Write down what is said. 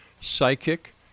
psychic